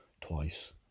twice